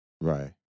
Right